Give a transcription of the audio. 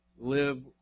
live